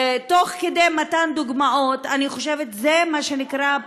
תוך כדי מתן דוגמאות, אני חושבת שזה מה שנקרא,